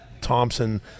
Thompson